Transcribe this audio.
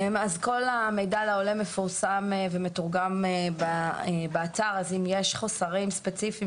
כל המידע לעולה מפורסם ומתורגם באתר אז אם יש חוסרים ספציפיים